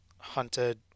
hunted